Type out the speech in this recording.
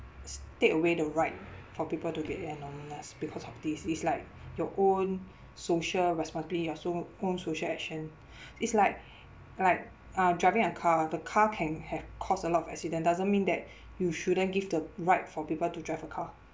take away the right for people to get because of this it's like your own social responsibly your so own social action is like like uh driving a car the car can have cause a lot of accident doesn't mean that you shouldn't give the right for people to drive a car